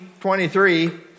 23